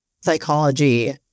psychology